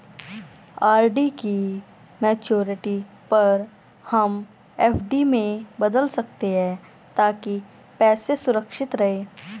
RD की maturity पर हम एफ.डी में बदल सकते है ताकि पैसे सुरक्षित रहें